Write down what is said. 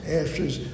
ashes